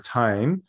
time